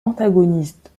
antagonistes